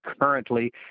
currently